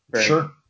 Sure